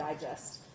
digest